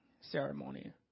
ceremony